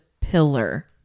pillar